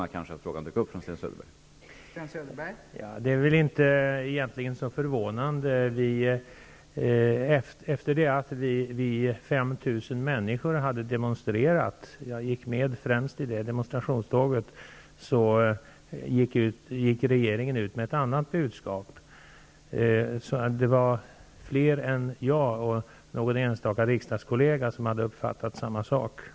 Så jag var väl något förvånad över att Sten Söderbergs fråga dök upp.